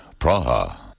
Praha